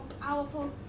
powerful